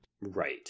Right